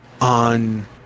on